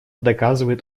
доказывает